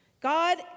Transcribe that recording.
God